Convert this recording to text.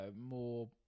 more